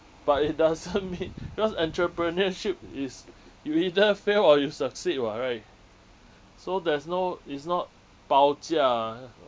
but it doesn't mean because entrepreneurship is you either fail or you succeed [what] right so there's no it's not ah ah